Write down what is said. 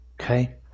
okay